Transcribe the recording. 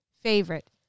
favorite